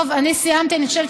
טוב, אני סיימתי, אני חושבת,